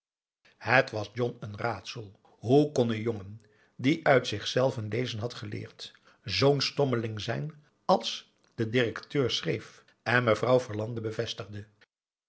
het was john een raadsel hoe kon een jongen die uit zichzelven lezen had geleerd zoo'n stommeling zijn als de directeur schreef en mevrouw verlande bevestigde